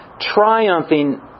triumphing